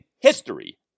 history